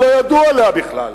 הם לא ידעו עליה בכלל.